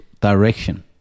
direction